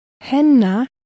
Henna